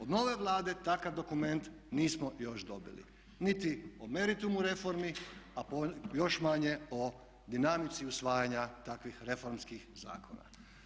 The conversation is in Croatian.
Od nove Vlade takav dokument nismo još dobili niti o meritumu reformi, a još manje o dinamici usvajanja takvih reformskih zakona.